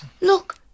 look